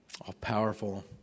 all-powerful